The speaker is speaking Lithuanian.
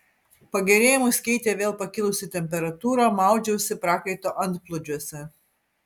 pagerėjimus keitė vėl pakilusi temperatūra maudžiausi prakaito antplūdžiuose